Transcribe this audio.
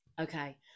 okay